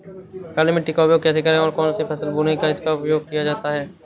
काली मिट्टी का उपयोग कैसे करें और कौन सी फसल बोने में इसका उपयोग किया जाता है?